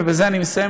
ובזה אני מסיים,